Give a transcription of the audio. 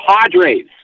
Padres